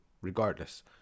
regardless